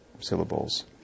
syllables